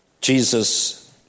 Jesus